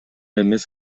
эмес